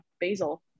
basil